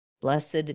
blessed